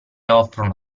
offrono